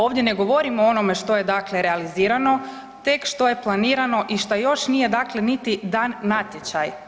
Ovdje ne govorim o onome što je dakle realizirano, tek što je planirano i što još nije dakle niti dan natječaj.